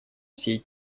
всей